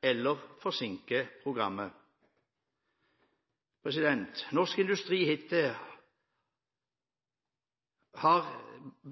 eller forsinker programmet. Norsk industri har hittil